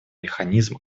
механизм